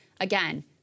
again—